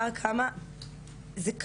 גם במקלטים הם מרושתים במצלמות,